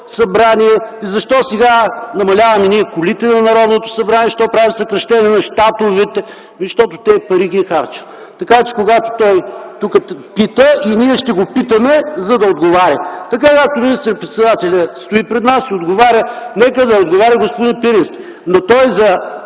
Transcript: събрание и защо ние сега намаляваме колите на Народното събрание, защо правим съкращение на щатовете? Защото тези пари ги е харчил! Така че, когато той пита тук и ние ще го питаме, за да отговаря. Така както министър-председателят стои пред нас и отговаря, нека да отговаря и господин Пирински, и